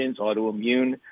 autoimmune